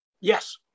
Yes